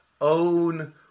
own